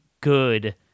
good